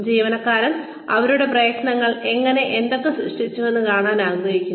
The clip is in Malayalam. ജീവനക്കാർ അവരുടെ പ്രയത്നങ്ങൾ എങ്ങനെ എന്തൊക്കെ സൃഷ്ടിച്ചുവെന്ന് കാണാൻ ആഗ്രഹിക്കുന്നു